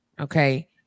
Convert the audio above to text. Okay